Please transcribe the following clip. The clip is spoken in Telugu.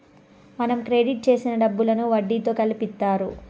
మనం క్రెడిట్ చేసిన డబ్బులను వడ్డీతో కలిపి ఇత్తారు